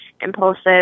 impulsive